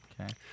Okay